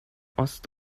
ost